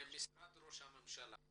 משרד ראש הממשלה.